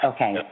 Okay